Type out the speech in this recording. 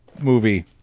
movie